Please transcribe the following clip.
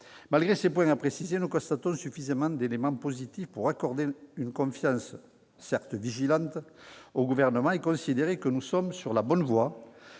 Malgré ces points à préciser, nous constatons suffisamment d'éléments positifs pour accorder une confiance, certes vigilante, au Gouvernement et considérer que nous sommes sur la bonne voie